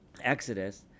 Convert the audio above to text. Exodus